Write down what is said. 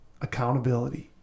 accountability